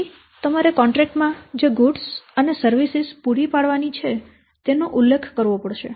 પછી તમારે કોન્ટ્રેક્ટ માં જે ગૂડ્સ અને સેવાઓ પૂરી પાડવાની છે તેનો ઉલ્લેખ કરવો પડશે